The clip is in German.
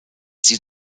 sie